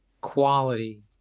quality